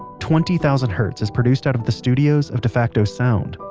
twenty thousand hertz is produced out of the studios of defacto sound,